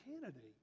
candidate